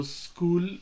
school